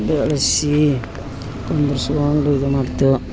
ಬೆಳ್ಸಿ ಕುಂದರ್ಸ್ಕೊಂಡು ಇದು ಮಾಡ್ತೇವೆ